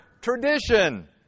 tradition